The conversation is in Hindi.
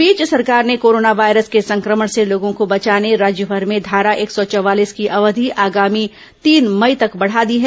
इस बीच सरकार ने कोरोना वायरस के संक्रमण से लोगों को बचाने राज्यभर में धारा एक सौ चवालीस की अवधि आगामी तीन मई तक बढ़ा दी है